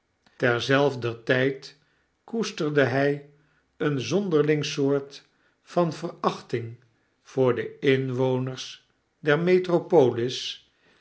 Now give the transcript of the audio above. zelfder tyd koesterde hij een zonderling soort van verachting voor de inwoners der metropolis